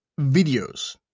videos